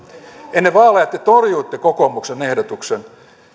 ennen vaaleja te torjuitte kokoomuksen ehdotuksen